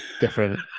different